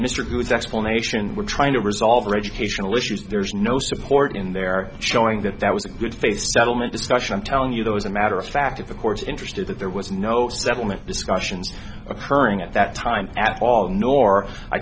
mr good's explanations were trying to resolve the educational issues there's no support in there showing that that was a good face settlement discussion telling you that was a matter of fact of the court's interested that there was no settlement discussions occurring at that time at all nor i